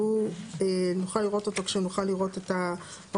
כי הוא, נוכל לראות אותו כשנוכל לראות את ההוראות.